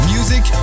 Music